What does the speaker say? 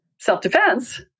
self-defense